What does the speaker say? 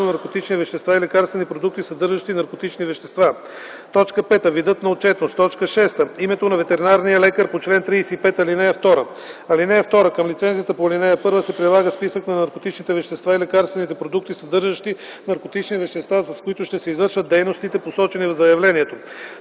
наркотични вещества и лекарствени продукти, съдържащи наркотични вещества; 5. видът на отчетност; 6. името на ветеринарния лекар по чл. 35, ал. 2. (2) Към лицензията по ал. 1 се прилага списък на наркотичните вещества и лекарствените продукти, съдържащи наркотични вещества, с които ще се извършват дейностите, посочени в заявлението.